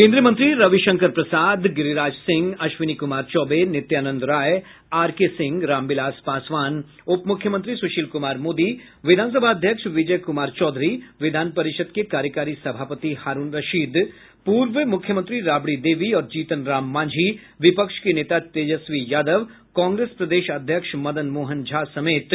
केन्द्रीय मंत्री Ravishankar Prasad Giriraj Singh Ashwini Kumar Choubey Nityanand Rai R K Singh Ramvilas Paswan उपमुख्यमंत्री सुशील कुमार मोदी विधानसभा अध्यक्ष विजय कुमार चौधरी विधान परिषद के कार्यकारी सभापति हारूण रशीद पूर्व मुख्यमंत्री राबड़ी देवी और जीतन राम मांझी विपक्ष के नेता तेजस्वी यादव कांग्रेस प्रदेश अध्यक्ष मदन मोहन झा समेत